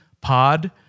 POD